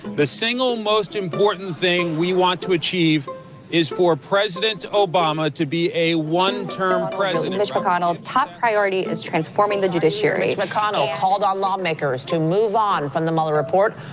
the single-most important thing we want to achieve is for president obama to be a one-term president. mitch mcconnell's top priority is transforming the judiciary mitch mcconnell called on lawmakers to move on from the mueller report,